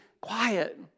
quiet